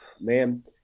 Man